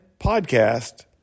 podcast